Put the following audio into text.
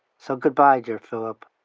so goodbye, dear philip.